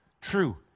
true